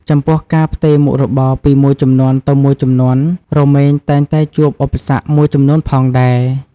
ចំពោះការផ្ទេរមុខរបរពីមួយជំនាន់ទៅមួយជំនាន់រមែងតែងតែជួបឧបសគ្គមួយចំនួនផងដែរ។